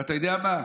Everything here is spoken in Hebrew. ואתה יודע מה,